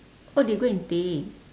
oh they go and take